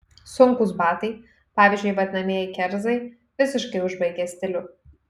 sunkūs batai pavyzdžiui vadinamieji kerzai visiškai užbaigia stilių